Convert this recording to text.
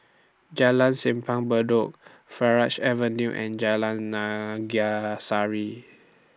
Jalan Simpang Bedok Farleigh Avenue and Jalan Naga Sari